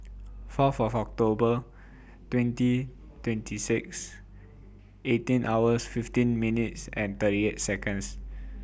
four four of October twenty twenty six eighteen hours fifteen minutes and thirty eight Seconds